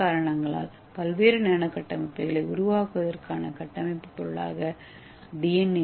இந்த காரணங்களால் பல்வேறு நானோ கட்டமைப்புகளை உருவாக்குவதற்கான கட்டமைப்பு பொருளாக டி